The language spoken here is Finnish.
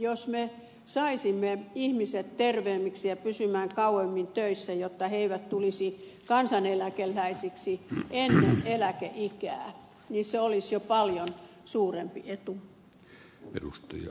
jos me saisimme ihmiset terveemmiksi ja pysymään kauemmin töissä jotta he eivät tulisi kansaneläkeläisiksi ennen eläkeikää se olisi jo paljon suurempi etu